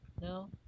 No